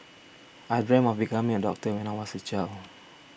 I dreamt of becoming a doctor when I was a child